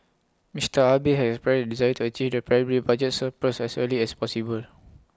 Mister Abe has expressed desire to achieve the primary budgets surplus as early as possible